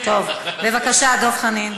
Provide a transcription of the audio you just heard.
טוב, בבקשה, דב חנין.